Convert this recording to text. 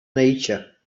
nature